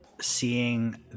seeing